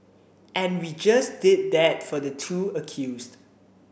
and we just did that for the two accused